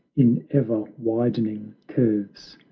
in ever-widening curves,